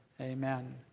Amen